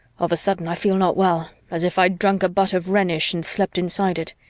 of a sudden, i feel not well, as if i'd drunk a butt of rhenish and slept inside it.